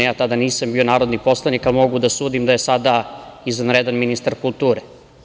Tada nisam bio narodni poslanik, a mogu da sudim da je sada izvanredan ministar kulture.